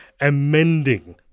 amending